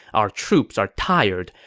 our troops are tired.